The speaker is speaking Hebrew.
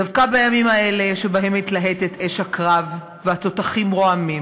דווקא בימים האלה שבהם מתלהטת אש הקרב והתותחים רועמים,